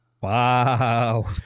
Wow